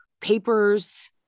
papers